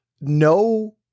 no